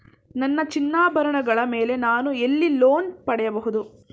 ನನ್ನ ಚಿನ್ನಾಭರಣಗಳ ಮೇಲೆ ನಾನು ಎಲ್ಲಿ ಲೋನ್ ಪಡೆಯಬಹುದು?